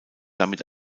damit